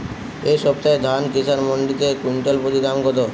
এই সপ্তাহে ধান কিষান মন্ডিতে কুইন্টাল প্রতি দাম কত?